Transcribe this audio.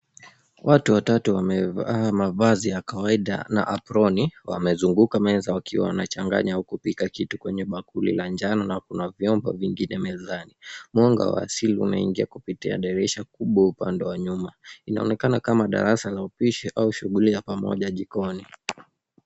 Watu watatu wamevaa mavazi ya kawaida na aproni. Wamezunguka meza wakiwa wanachanganya au kupika kitu kwenye bakuli la njano na kuna vyombo vingine mezani. Mwanga wa asili unaingia kupitia dirisha kubwa upande wa nyuma. Inaonekana kama darasa la upishi au shughuli ya pamoja jikoni.